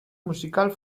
musical